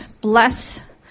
bless